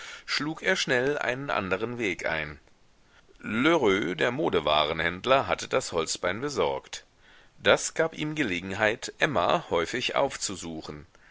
schlug er schnell einen anderen weg ein lheureux der modewarenhändler hatte das holzbein besorgt das gab ihm gelegenheit emma häufig aufzusuchen